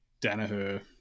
Danaher